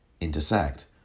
intersect